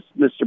Mr